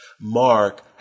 Mark